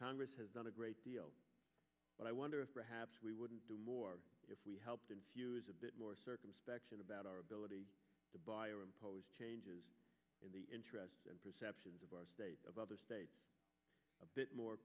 congress has done a great deal but i wonder if perhaps we wouldn't do more if we helped in a bit more circumspection about our ability to buy or impose changes in the interests and perceptions of our state about the state a bit more